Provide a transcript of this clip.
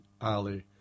Ali